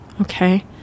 okay